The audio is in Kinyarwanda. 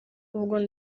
ubwo